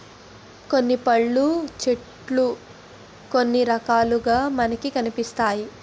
కొన్ని పళ్ళు చెట్లు కొన్ని రకాలుగా మనకి కనిపిస్తాయి